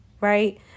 right